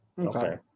Okay